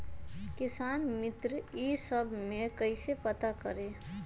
किसान मित्र ई सब मे कईसे पता करी?